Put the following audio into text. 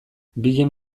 bien